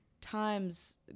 times